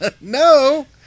no